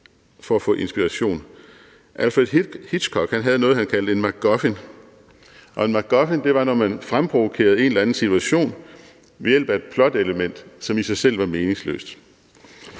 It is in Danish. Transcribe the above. for at få inspiration. Alfred Hitchcock havde noget, han kaldte en MacGuffin, og en MacGuffin var, når man fremprovokerede en eller anden situation ved hjælp af et plot-element, som i sig selv var meningsløst,